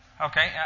Okay